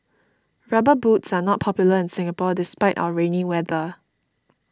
rubber boots are not popular in Singapore despite our rainy weather